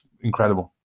incredible